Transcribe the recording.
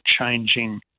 changing